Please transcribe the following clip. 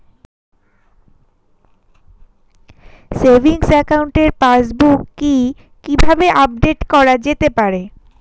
Savings একাউন্টের passbook কি কিভাবে আপডেট করা যেতে পারে?